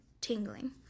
tingling